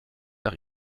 nach